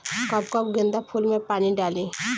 कब कब गेंदा फुल में पानी डाली?